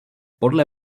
podle